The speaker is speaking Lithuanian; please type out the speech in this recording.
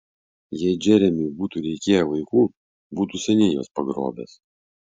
jei džeremiui būtų reikėję vaikų būtų seniai juos pagrobęs